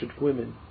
women